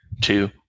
two